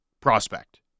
prospect